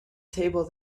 table